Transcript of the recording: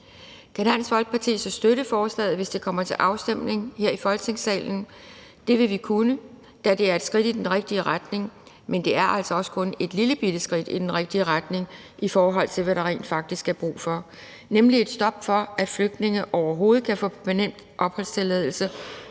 Kan Dansk Folkeparti så støtte forslaget, hvis det kommer til afstemning her i Folketingssalen? Det vil vi kunne, da det er et skridt i den rigtige retning, men det er altså også kun et lillebitte skridt i den rigtige retning, i forhold til hvad der rent faktisk er brug for, nemlig et stop for, at flygtninge overhovedet kan få permanent opholdstilladelse,